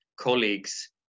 colleagues